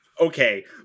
okay